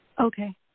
Okay